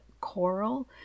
coral